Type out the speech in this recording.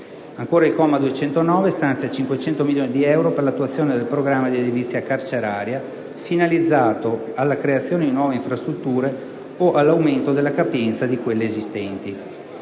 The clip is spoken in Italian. Ancora, il comma 209 stanzia 500 milioni di euro per l'attuazione del programma di edilizia carceraria finalizzato alla creazione di nuove infrastrutture o all'aumento della capienza di quelle esistenti.